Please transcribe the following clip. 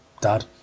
Dad